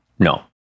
No